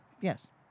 Yes